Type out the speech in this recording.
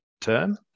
term